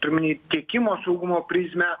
turiu omeny tiekimo saugumo prizmę